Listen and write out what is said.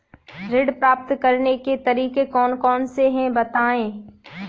ऋण प्राप्त करने के तरीके कौन कौन से हैं बताएँ?